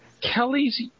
Kelly's